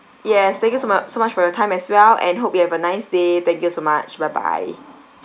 yes thank you so mu~ so much for your time as well and hope you have a nice day thank you so much bye bye